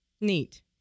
Neat